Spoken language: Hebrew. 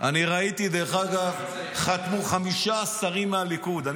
--- אני ראיתי שחמישה שרים מהליכוד חתמו.